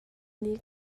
nih